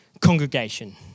congregation